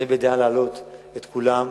אני בדעה להעלות את כולם.